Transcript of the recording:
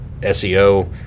seo